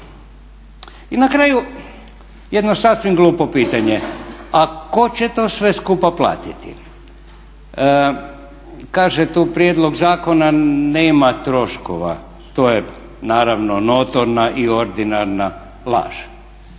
I na kraju jedno sasvim glupo pitanje? A tko će to sve skupa platiti? Kaže tu prijedlog zakona nema troškova, to je naravno notorna i ordinarna laž.